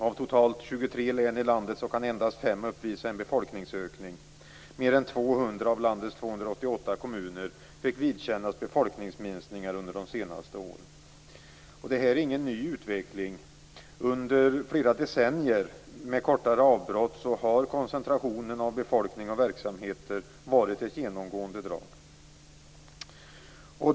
Av totalt 23 län i landet kan endast 5 uppvisa en befolkningsökning. Mer än 200 av landets 288 kommuner fick vidkännas befolkningsminskningar under de senaste åren. Det är ingen ny utveckling. Under flera decennier, med kortare avbrott, har koncentrationen av befolkning och verksamheter varit ett genomgående drag.